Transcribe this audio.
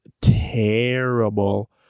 terrible